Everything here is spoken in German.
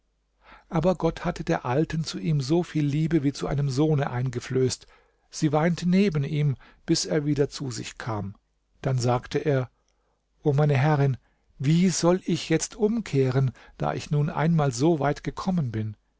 aber gott hatte der alten zu ihm so viel liebe wie zu einem sohne eingeflößt sie weinte neben ihm bis er wieder zu sich kam dann sagte er o meine herrin wie soll ich jetzt umkehren da ich nun einmal so weit gekommen bin